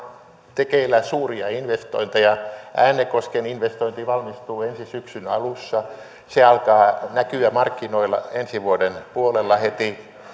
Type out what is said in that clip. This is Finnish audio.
tekeillä suuria investointeja äänekosken investointi valmistuu ensi syksyn alussa se alkaa näkyä markkinoilla ensi vuoden puolella heti